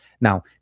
Now